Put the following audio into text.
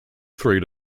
three